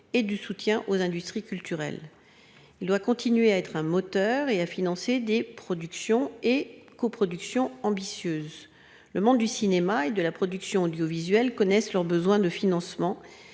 et du soutien aux industries culturelles. Il doit continuer à être un moteur et à financer des productions et coproductions ambitieuse. Le monde du cinéma et de la production audiovisuelle connaissent leurs besoins de financement.